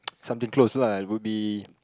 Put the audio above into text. something close lah would be